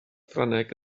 ffrangeg